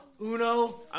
Uno